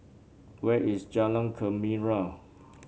where is Jalan Gembira